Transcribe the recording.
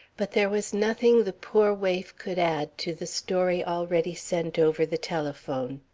but there was nothing the poor waif could add to the story already sent over the telephone.